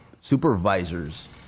supervisors